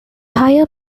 higher